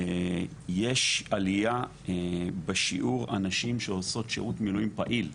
יש עלייה בשיעור הנשים שעושות שירות מילואים פעיל,